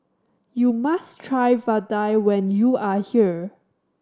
you must try vadai when you are here